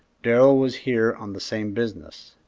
darrell was here on the same business.